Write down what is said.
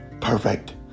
Perfect